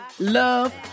love